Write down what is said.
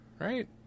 Right